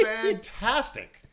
fantastic